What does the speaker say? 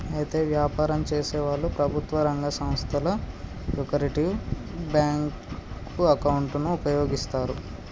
అయితే వ్యాపారం చేసేవాళ్లు ప్రభుత్వ రంగ సంస్థల యొకరిటివ్ బ్యాంకు అకౌంటును ఉపయోగిస్తారు